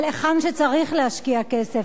אבל היכן שצריך להשקיע כסף,